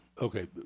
Okay